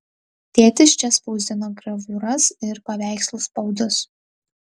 tėtis čia spausdino graviūras ir paveikslų spaudus